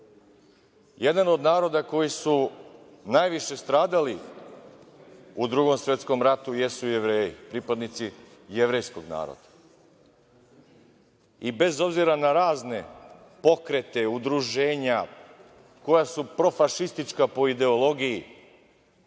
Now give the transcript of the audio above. teško. Jedan od naroda koji su najviše stradali u Drugom svetskom ratu jesu Jevreji, pripadnici jevrejskog naroda. I bez obzira na razne pokrete, udruženja, koja su profašistička po ideologiji,